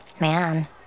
Man